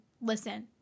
listen